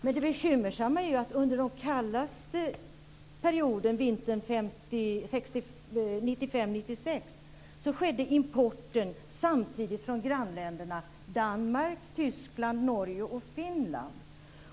Men det bekymmersamma är ju att under den kallaste perioden vintern 1995-1996 skedde importen samtidigt från grannländerna Danmark, Tyskland, Norge och Finland.